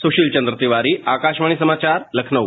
सुशील चंद्र तिवारी आकाशवाणी समाचार लखनऊ